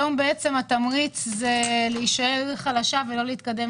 היום התמריץ מוביל להישארות בחולשה ולא להתחזק,